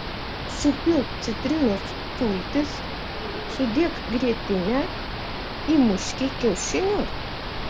supilk citrinos sultis sudėk grietinę įmuški kiaušinius